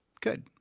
Good